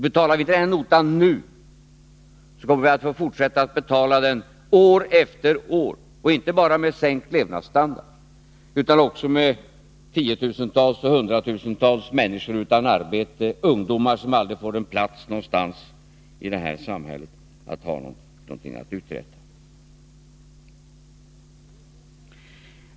Betalar vi inte den här notan nu, så kommer vi att få fortsätta att betala den år efter år, inte bara med sänkt levnadsstandard utan också med tiotusentals eller hundratusentals människor utan arbete — ungdomar som aldrig får en plats någonstans i det här samhället.